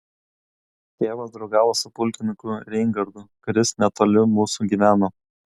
tėvas draugavo su pulkininku reingardu kuris netoli mūsų gyveno